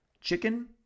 chicken